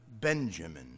Benjamin